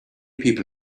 people